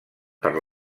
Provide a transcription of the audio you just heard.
per